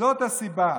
וזו הסיבה